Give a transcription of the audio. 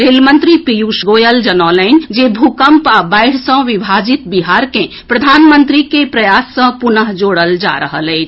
rail मंत्री पीयूष गोयल जनौलनि जे भूकम्प आ बाढ़ि सँ विभाजित बिहार के प्रधानमंत्री के प्रयास सँ फेर जोड़ल जा रहल अछि